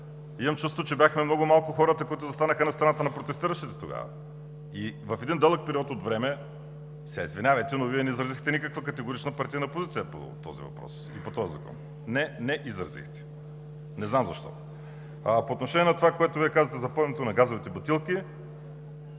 имам чувството, че бяхме много малко хората, които застанахме на страната на протестиращите тогава. В един дълъг период от време, извинявайте, но Вие не изразихте никаква категорична партийна позиция по този въпрос и по този закон. Не, не изразихте! Не знам защо. По отношение на това, което казахте за пълненето на газовите бутилки,